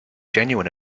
genuine